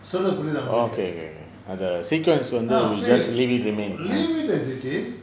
சொல்றது புரியுதா உங்களுக்கு:solrathu puriyutha ungalukku leave it as it is